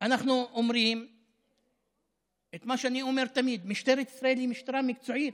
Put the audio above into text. אנחנו אומרים את מה שאני אומר תמיד: משטרת ישראל היא משטרה מקצועית,